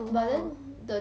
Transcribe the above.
oh (uh huh)